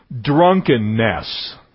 drunkenness